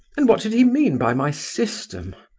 and what did he mean by my system?